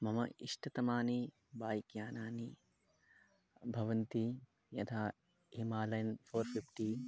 मम इष्टतमानि बैक्यानानि भवन्ति यथा हिमालयन् फ़ोर् फ़िफ़्टि